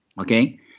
okay